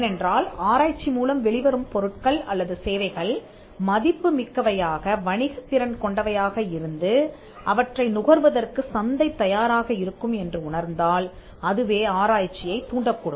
ஏனென்றால் ஆராய்ச்சி மூலம் வெளிவரும் பொருட்கள் அல்லது சேவைகள் மதிப்பு மிக்கவையாக வணிகத் திறன் கொண்டவையாக இருந்து அவற்றை நுகர்வதற்கு சந்தை தயாராக இருக்கும் என்று உணர்ந்தால் அதுவே ஆராய்ச்சியைத் தூண்டக்கூடும்